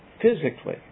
physically